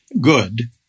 good